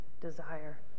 desire